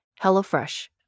HelloFresh